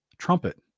trumpet